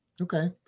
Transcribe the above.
okay